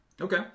Okay